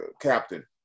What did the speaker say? captain